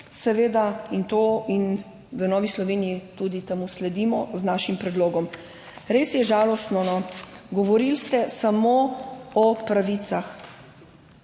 seveda. In v Novi Sloveniji tudi temu sledimo z našim predlogom. Res je žalostno, no, govorili ste samo o pravicah.